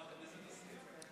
חברת הכנסת השכל,